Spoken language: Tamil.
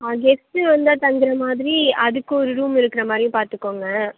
ஆ கெஸ்ட்டு வந்தால் தங்குறமாதிரி அதுக்கு ஒரு ரூம் இருக்குற மாரியும் பார்த்துக்கோங்க